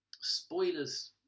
spoilers